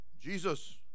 Jesus